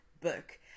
book